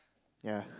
ya